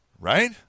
right